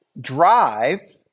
drive